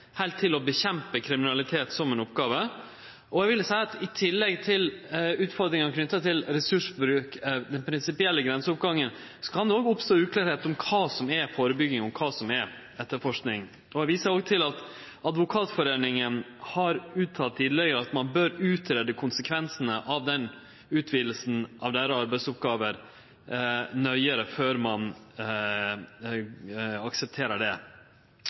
til heilt å kjempe mot kriminalitet som ei oppgåve. Eg vil seie at i tillegg til utfordringane knytte til ressursbruk og den prinsipielle grenseoppgangen, kan det òg oppstå uklarheit om kva som er førebygging, og kva som er etterforsking. Eg viser òg til at Advokatforeningen har uttalt tidlegare at ein bør greie ut konsekvensane av den utvidinga av deira arbeidsoppgåver nøyare før ein aksepterer det.